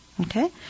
Okay